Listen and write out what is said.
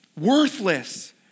Worthless